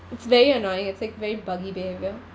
it's very annoying it's like very buggy behaviour